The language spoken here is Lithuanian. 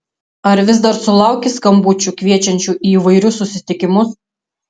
ar vis dar sulauki skambučių kviečiančių į įvairius susitikimus